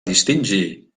distingir